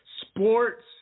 Sports